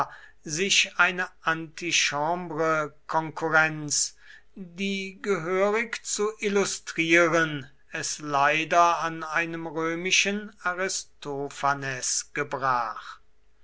sich eine antichambrekonkurrenz die gehörig zu illustrieren es leider an einem römischen aristophanes gebrach